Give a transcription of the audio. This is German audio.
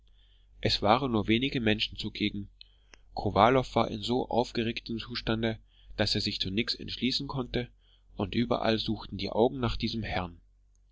es waren nur wenige menschen zugegen kowalow war in so aufgeregtem zustande daß er sich zu nichts entschließen konnte und überall suchten seine augen nach diesem herrn